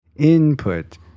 input